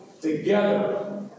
together